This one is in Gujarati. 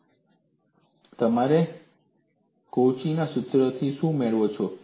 એટલે કે તમે તમારા કોચી ના સૂત્રમાંથી શું મેળવો છો